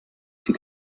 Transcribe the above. sie